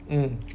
mm